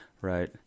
Right